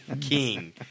king